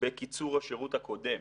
בקיצור השירות הקודם